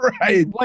Right